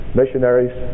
missionaries